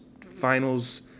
finals